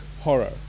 horror